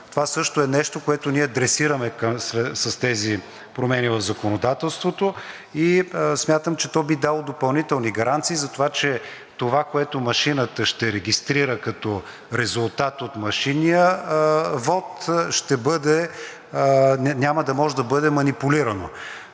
Това също е нещо, което ние адресираме с тези промени в законодателството, и смятам, че то би дало допълнителни гаранции за това, че това, което машината ще регистрира като резултат от машинния вот, няма да може да бъде манипулирано.